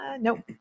nope